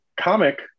comic